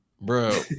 Bro